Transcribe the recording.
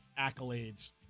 accolades